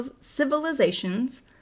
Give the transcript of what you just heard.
civilizations